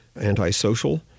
antisocial